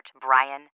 Brian